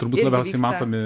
turbūt labiausiai matomi